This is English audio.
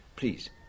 Please